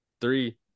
Three